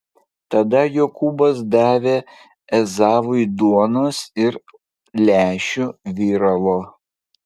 tada jokūbas davė ezavui duonos ir lęšių viralo